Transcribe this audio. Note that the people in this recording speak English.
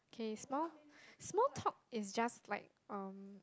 okay small small talk is just like